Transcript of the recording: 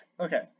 okay